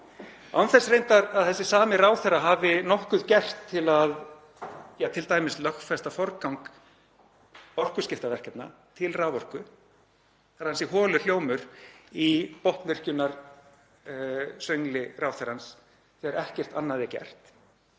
Án þess reyndar að þessi sami ráðherra hafi nokkuð gert til að lögfesta t.d. forgang orkuskiptaverkefna til raforku. Það er ansi holur hljómur í botnvirkjunarsöngli ráðherrans þegar ekkert annað er gert.